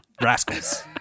rascals